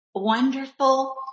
Wonderful